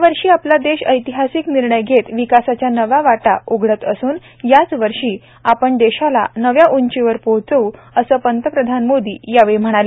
या वर्षी आपला देश ऐतिहासिक निर्णय घेत विकासाच्या नव्या वाटा उघडत असून याच वर्षी आपण देशाला नव्या उंचीवर पोहचव् या असं पंतप्रधान मोदी यावेळी म्हणाले